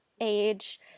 age